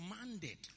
commanded